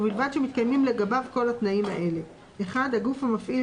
ובלבד שמתקיימים לגביו כל התנאים האלה: הגוף המפעיל